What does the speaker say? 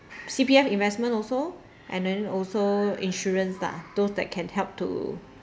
C_P_F investment also and then also insurance lah those that can help to